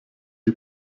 die